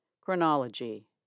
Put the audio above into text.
Chronology